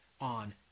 on